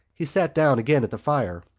he sat down again at the fire.